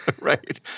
Right